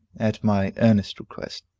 at my earnest request,